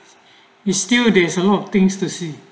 he's still days a lot of things to see